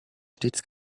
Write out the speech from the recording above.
stets